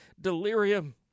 Delirium